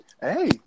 Hey